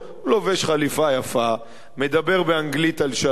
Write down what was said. הוא לובש חליפה יפה, מדבר באנגלית על שלום.